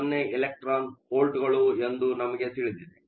10 electron ವೋಲ್ಟ್ಗಳು ಎಂದು ನಮಗೆ ತಿಳಿದಿದೆ